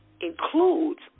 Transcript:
includes